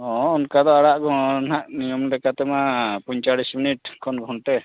ᱦᱮᱸ ᱚᱱᱠᱟ ᱫᱚ ᱟᱲᱟᱜᱚ ᱱᱟᱦᱟᱜ ᱱᱤᱭᱚᱢ ᱞᱮᱠᱟᱛᱮᱢᱟ ᱯᱚᱧᱪᱟᱲᱚᱥ ᱢᱤᱱᱤᱴ ᱠᱷᱚᱱᱟᱜ ᱜᱷᱚᱱᱴᱮ